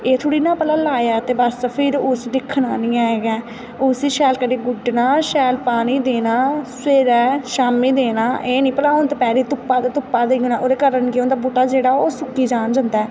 एह् थोड़ी न लाया ते बस फिर उसी दिक्खना निं है गै उस्सी शैल करियै गुड्डना पानी देना सवेरै शामीं देना एह् निं भला दपैह्री धुप्पा गै देई ओड़ना ओह्दै कारण केह् होंदा ऐ बूह्टा सुक्की जन जंदा ऐ